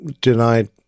denied